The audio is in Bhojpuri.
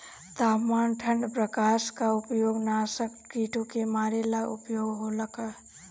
तापमान ठण्ड प्रकास का उपयोग नाशक कीटो के मारे ला उपयोग होला का?